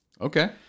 okay